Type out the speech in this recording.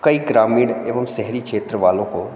कई ग्रामीण एवं शहरी क्षेत्र वालों को